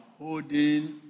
holding